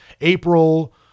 April